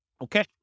Okay